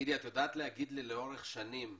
את יודעת להגיד לי לאורך שנים,